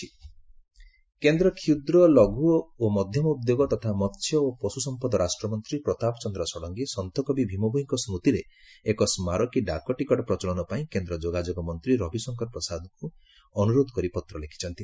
Bhima Bhoi postage stamp କେନ୍ଦ୍ର କ୍ଷୁଦ୍ର ଲଘୁ ଓ ମଧ୍ୟମ ଉଦ୍ୟୋଗ ତଥା ମସ୍ୟ ଓ ପଶୁସମ୍ପଦ ରାଷ୍ଟ୍ରମନ୍ତ୍ରୀ ପ୍ରତାପ ଚନ୍ଦ୍ର ଷଡଙ୍ଗୀ ସନ୍ଥକବି ଭୀମଭୋଇଙ୍କ ସ୍ମତିରେ ଏକ ସ୍କାରକୀ ଡାକଟିକେଟ ପ୍ରଚଳନ ପାଇଁ କେନ୍ଦ୍ର ଯୋଗାଯୋଗ ମନ୍ତ୍ରୀ ରବିଶଙ୍କର ପ୍ରସାଦଙ୍କୁ ଅନୁରୋଧ କରି ପତ୍ର ଲେଖିଛନ୍ତି